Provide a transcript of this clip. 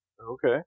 Okay